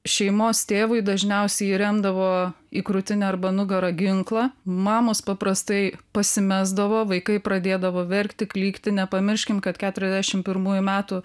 šeimos tėvui dažniausiai įremdavo į krūtinę arba nugarą ginklą mamos paprastai pasimesdavo vaikai pradėdavo verkti klykti nepamirškim kad keturiasdešim pirmųjų metų